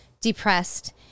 depressed